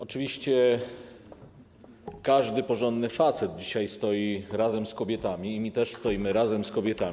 Oczywiście każdy porządny facet dzisiaj stoi razem z kobietami, i my też stoimy razem z kobietami.